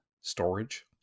storage